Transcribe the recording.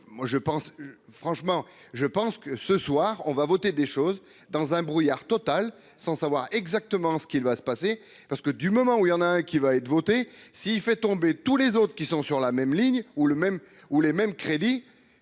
je pense que ce soir on va voter des choses dans un brouillard total sans savoir exactement ce qu'il va se passer, parce que du moment où il y en a un qui va être votée si il fait tomber tous les autres qui sont sur la même ligne, ou le même ou les